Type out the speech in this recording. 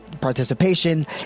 participation